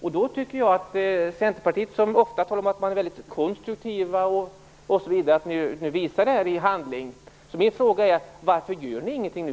Jag tycker då att Centerpartiet, som ofta talar om att man är konstruktiv osv., nu visar detta i handling. Min fråga är: Varför gör ni ingenting nu?